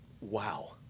Wow